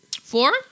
Four